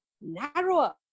narrower